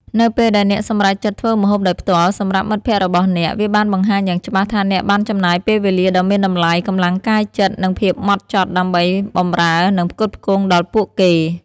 នៅពេលដែលអ្នកសម្រេចចិត្តធ្វើម្ហូបដោយផ្ទាល់សម្រាប់មិត្តភក្តិរបស់អ្នក វាបានបង្ហាញយ៉ាងច្បាស់ថាអ្នកបានចំណាយពេលវេលាដ៏មានតម្លៃ កម្លាំងកាយចិត្ត និងភាពហ្មត់ចត់ដើម្បីបម្រើនិងផ្គត់ផ្គង់ដល់ពួកគេ។